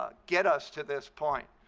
ah get us to this point.